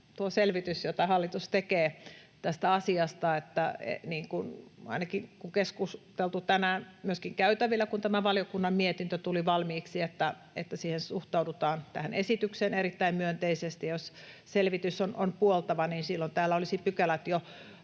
selvitys, jota hallitus tekee tästä asiasta — niin kuin ainakin on keskusteltu tänään myöskin käytävillä, kun tämä valiokunnan mietintö tuli valmiiksi, että tähän esitykseen suhtaudutaan erittäin myönteisesti — on puoltava, niin silloin täällä olisi pykälät jo